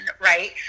right